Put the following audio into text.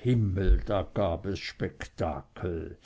himmel da gab es spektakel